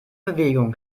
bewegung